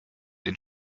den